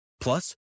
Plus